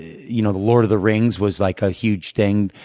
you know the lord of the rings was like a huge thing.